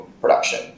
production